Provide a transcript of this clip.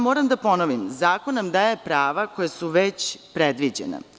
Moram da ponovim, zakon nam daje prava koja su već predviđena.